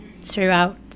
throughout